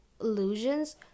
illusions